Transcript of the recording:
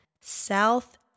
South